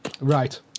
Right